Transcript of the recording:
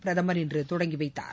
பிரதமர் இன்று தொடங்கி வைத்தார்